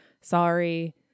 Sorry